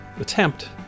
attempt